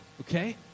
okay